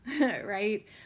right